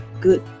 good